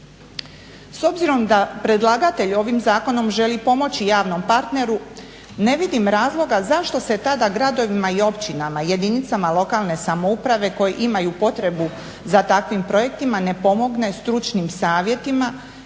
S obzirom da predlagatelj ovim zakonom želi pomoći javnom partneru ne vidim razloga zašto se tada gradovima i općinama jedinicama lokalne samouprave koje imaju potrebu za takvim projektima ne pomogne stručnim savjetima